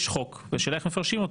יש חוק והשאלה איך מפרשים אותו.